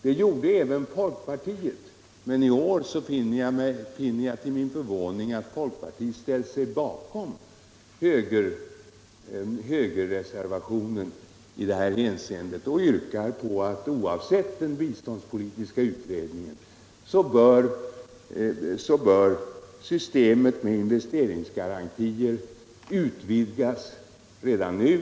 Det gjorde även folkpartiet, men i år finner jag till min förvåning att folkpartiet ställt sig bakom högerreservationen på den här punkten och yrkar på att systemet med investeringsgarantier — oavsett den biståndspolitiska utredningen —- utvidgas redan nu.